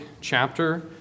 chapter